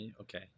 Okay